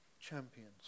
champions